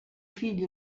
fill